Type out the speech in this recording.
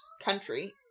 country